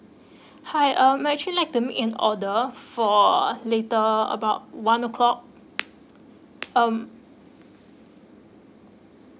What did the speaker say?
hi um actually like to make an order for later about one o'clock um